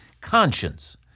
conscience